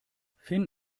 finn